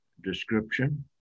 description